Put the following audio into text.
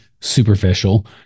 superficial